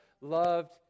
loved